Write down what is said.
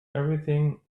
everything